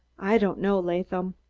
i don'd know, laadham,